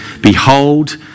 Behold